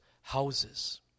houses